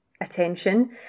attention